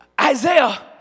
Isaiah